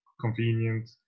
convenient